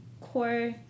core